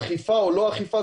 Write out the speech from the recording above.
אכיפה או לא אכיפה,